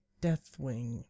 Deathwing